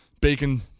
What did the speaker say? bacon